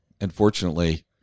Unfortunately